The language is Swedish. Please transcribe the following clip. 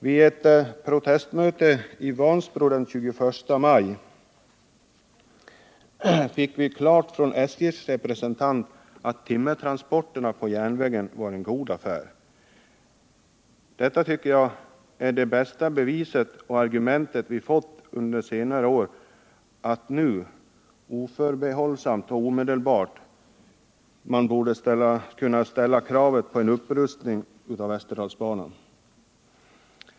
Vid ett protestmöte i Vansbro den 21 maj fick vi det klarlagt av SJ:s representant att timmertransporterna på järnvägen var en god affär. Detta är enligt min mening det bästa bevis och det bästa argument som vi fått under senare år för att vi nu oförbehållsamt och omedelbart kan ställa kravet på en upprustning av Västerdalsbanan.